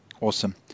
Awesome